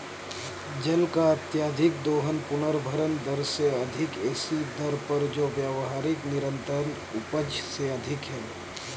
जल का अत्यधिक दोहन पुनर्भरण दर से अधिक ऐसी दर पर जो व्यावहारिक निरंतर उपज से अधिक है